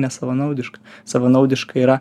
nesavanaudiška savanaudiška yra